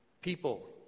People